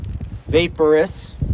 vaporous